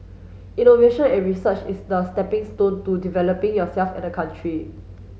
innovation and research is the stepping stone to developing yourself and the country